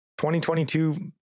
2022